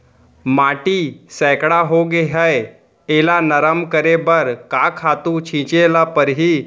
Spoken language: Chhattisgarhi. माटी सैकड़ा होगे है एला नरम करे बर का खातू छिंचे ल परहि?